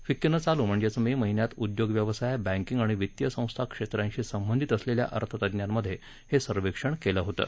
फिक्कीनं चालू म्हणजेच मे महिन्यात उद्योग व्यवसाय बँकींग आणि वित्तीय संस्था क्षेत्रांशी संबंधीत असलेल्या अर्थतज्ञांमध्ये हे सर्वेक्षण केलं होतं